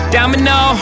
Domino